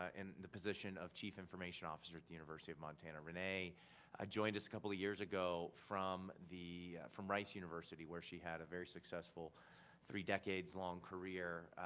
ah in the position of chief information officer at the university of montana. renae ah joined us a couple of years ago from the, from rice university where she had a very successful three decades long career.